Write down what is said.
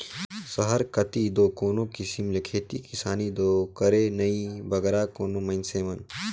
सहर कती दो कोनो किसिम ले खेती किसानी दो करें नई बगरा कोनो मइनसे मन